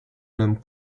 nomme